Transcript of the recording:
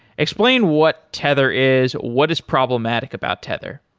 explain what tether is. what is problematic about tether?